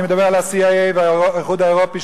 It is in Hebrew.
אני מדבר על ה-CIA ועל האיחוד האירופי,